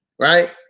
right